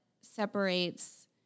separates